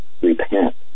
Repent